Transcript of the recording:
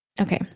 Okay